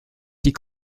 die